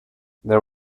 there